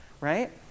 right